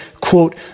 quote